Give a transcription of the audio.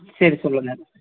சரி சொல்லுங்கள்